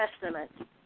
Testament